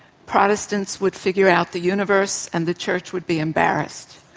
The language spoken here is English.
protestants would figure out the universe and the church would be embarrassed.